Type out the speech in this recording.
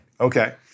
Okay